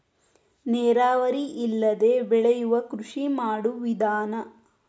ನೇರಾವರಿ ಇಲ್ಲದೆ ಬೆಳಿಯು ಕೃಷಿ ಮಾಡು ವಿಧಾನಾ